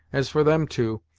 as for them two,